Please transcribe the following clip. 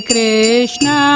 Krishna